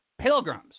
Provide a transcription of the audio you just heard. pilgrims